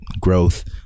growth